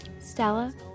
Stella